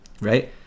right